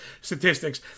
statistics